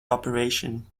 operation